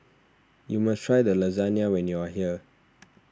you must try Lasagne when you are here